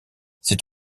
c’est